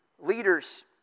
Leaders